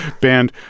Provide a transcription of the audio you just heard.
band